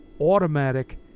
automatic